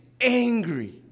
angry